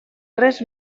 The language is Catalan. res